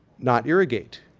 not irrigate.